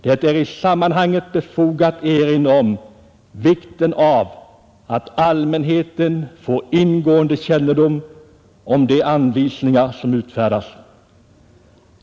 Det är i sammanhanget befogat erinra om vikten av att allmänheten får ingående kännedom om de anvisningar som utfärdas.